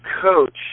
coach